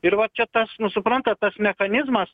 ir va čia tas nu suprantat tas mechanizmas